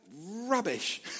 rubbish